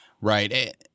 Right